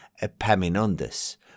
Epaminondas